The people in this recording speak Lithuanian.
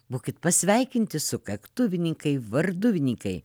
būkit pasveikinti sukaktuvininkai varduvininkai